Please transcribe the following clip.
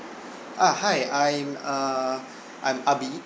uh hi I'm err I'm ah bee